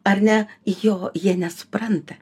ar ne jo jie nesupranta